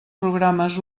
programes